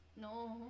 No